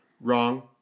wrong